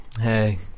hey